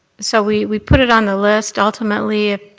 so we we put it on the list. ultimately,